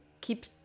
keep